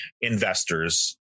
investors